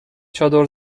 چادر